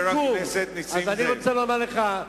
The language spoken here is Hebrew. אני רוצה לומר לך,